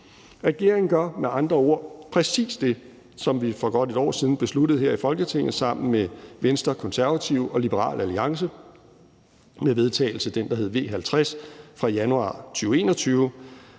Regeringen gør med andre ord præcis det, som vi for godt et år siden besluttede her i Folketinget sammen med Venstre, Konservative og Liberal Alliance med forslag til vedtagelse nr. V 50 fra januar 2021: